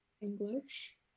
English